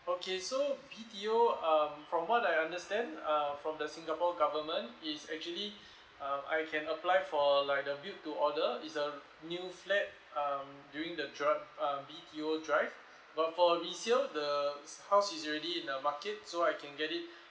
okay so B_T_O um from what I understand uh from the singapore government is actually um I can apply for like the build to order is a new flat um during the dri~ um B_T_O drive but for resale the house is already in a market so I can get it